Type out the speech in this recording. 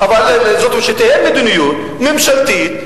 אבל שתהיה מדיניות ממשלתית,